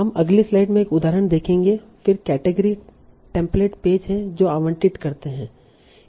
हम अगली स्लाइड में एक उदाहरण देखेंगे फिर केटेगरी टेम्पलेट पेज हैं जो आवंटित करते हैं